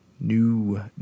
New